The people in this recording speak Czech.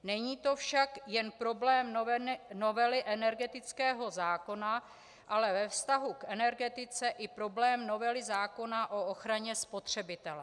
Není to však jen problém novely energetického zákona, ale ve vztahu k energetice i problém novely zákona o ochraně spotřebitele.